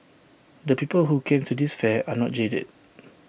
the people who came to this fair are not jaded